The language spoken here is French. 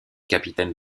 capitaine